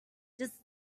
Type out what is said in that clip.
just